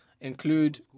include